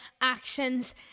actions